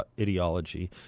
ideology